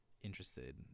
interested